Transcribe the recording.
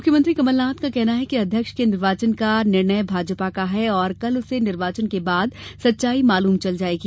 मुख्यमंत्री कमलनाथ का कहना है कि अध्यक्ष के निर्वाचन का निर्णय भाजपा का है और कल उसे निर्वाचन के बाद सच्चायी मालूम चल जाएगी